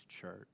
church